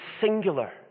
singular